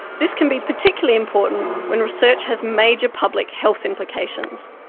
this can be particularly important when research has major public health implications.